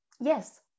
Yes